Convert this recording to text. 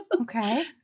Okay